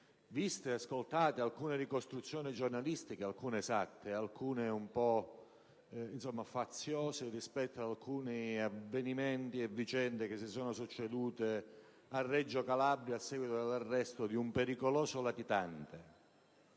si sono succedute varie ricostruzioni giornalistiche, alcune esatte e altre un po' faziose, rispetto ad avvenimenti e vicende che si sono verificati a Reggio Calabria in seguito all'arresto di un pericoloso latitante.